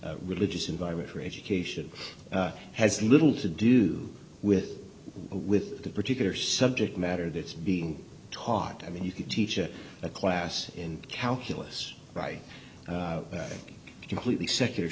religious environment for education has little to do with with the particular subject matter that's being taught i mean you could teach a class in calculus right completely secular